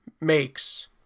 makes